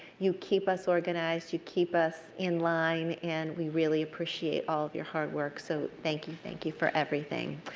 you keep us organized. you keep us in line and we really appreciate all of your hard work. so thank you, thank you, for everything.